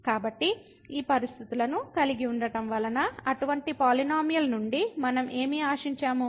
కాబట్టి ఈ పరిస్థితులను కలిగి ఉండటం వలన అటువంటి పాలినోమియల్నుండి మనం ఏమి ఆశించాము